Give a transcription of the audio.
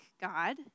God